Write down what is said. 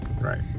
Right